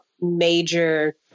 major